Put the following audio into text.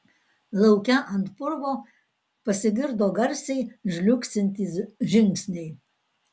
lauke ant purvo pasigirdo garsiai žliugsintys žingsniai